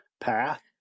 path